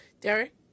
Derek